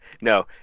no